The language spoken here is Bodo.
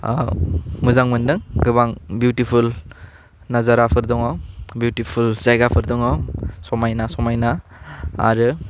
ओह मोजां मोनदों गोबां बिउटिफुल नाजाराफोर दङ बिउटिफुल जायगाफोर दङ समायना समायना आरो